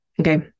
Okay